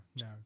no